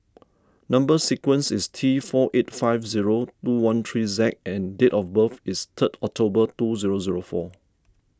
Number Sequence is T four eight five zero two one three Z and date of birth is third October two zero zero four